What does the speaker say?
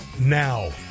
now